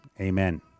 amen